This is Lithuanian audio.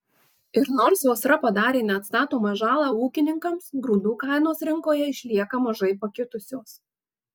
ir nors sausra padarė neatstatomą žalą ūkininkams grūdų kainos rinkoje išlieka mažai pakitusios